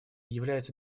является